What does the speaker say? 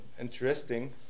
interesting